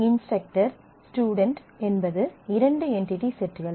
instructor student என்பது இரண்டு entity செட்கள்